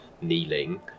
kneeling